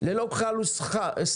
ללא כחל וסרק,